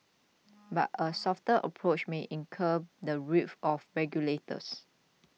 but a softer approach may incur the wrath of regulators